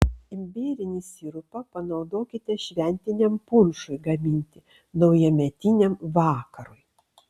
imbierinį sirupą panaudokite šventiniam punšui gaminti naujametiniam vakarui